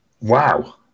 Wow